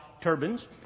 turbines